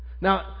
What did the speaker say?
Now